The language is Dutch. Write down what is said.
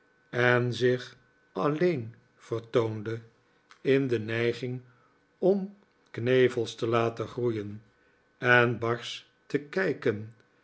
en zich alleen vertoonde in de neiging om knevels te laten groeien en barsch te kijken